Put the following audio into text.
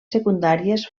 secundàries